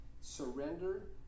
surrender